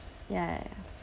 ya ya ya